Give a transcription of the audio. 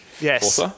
Yes